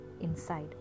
inside